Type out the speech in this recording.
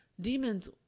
Demons